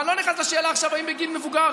ואני לא נכנס לשאלה עכשיו אם בגיל מבוגר